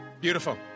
Beautiful